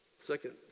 Second